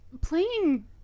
playing